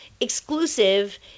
exclusive